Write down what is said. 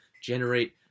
generate